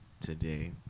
today